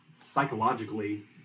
psychologically